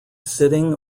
sitting